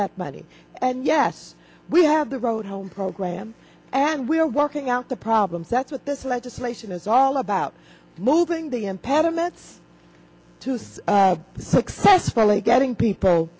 money and yes we have the road home program and we are working out the problems that's what this legislation is all about moving the impediments to things successfully getting people